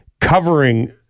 covering